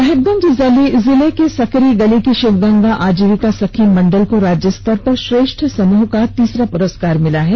साहिबगंज जिले के सकरीगली की शिवगंगा आजीविका सखी मंडल को राज्य स्तर पर श्रेष्ठ समूह का तीसरा पुरस्कार मिला है